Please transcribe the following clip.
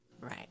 Right